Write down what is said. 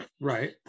Right